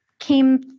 Came